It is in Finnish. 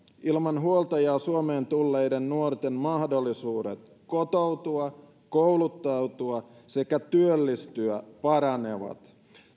ilman huoltajaa suomeen tulleiden nuorten mahdollisuudet kotoutua kouluttautua sekä työllistyä paranevat